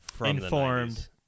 informed